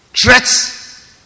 threats